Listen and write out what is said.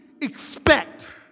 expect